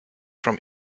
from